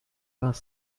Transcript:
vingt